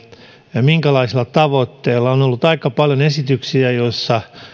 ja minkälaisilla tavoitteilla on on ollut aika paljon esityksiä joissa